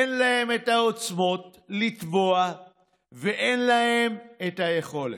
אין להם את העוצמות לתבוע ואין להם את היכולת.